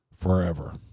forever